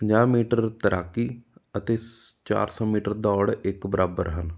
ਪੰਜਾਹ ਮੀਟਰ ਤੈਰਾਕੀ ਅਤੇ ਚਾਰ ਸੌ ਮੀਟਰ ਦੌੜ ਇੱਕ ਬਰਾਬਰ ਹਨ